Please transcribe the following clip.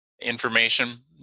information